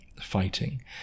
fighting